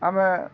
ଆମେ